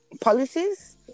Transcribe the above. policies